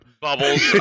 bubbles